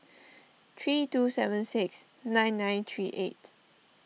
three two seven six nine nine three eight